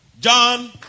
john